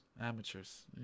Amateurs